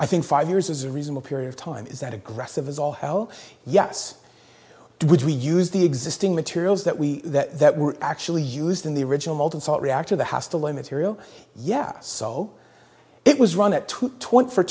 i think five years is a reasonable period of time is that aggressive as all hell yes would we use the existing materials that we that were actually used in the original molten salt reactor the hostel immaterial yeah so it was run at two